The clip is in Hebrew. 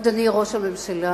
אדוני ראש הממשלה,